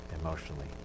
emotionally